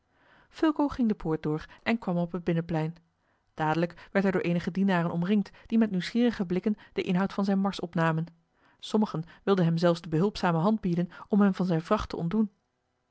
fulco ging de poort door en kwam op het binnenplein dadelijk werd hij door eenige dienaren omringd die met nieuwsgierige blikken den inhoud van zijne mars opnamen sommigen wilden hem zelfs de behulpzame hand bieden om hem van zijne vracht te ontdoen